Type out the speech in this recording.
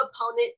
opponent